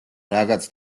რაღაც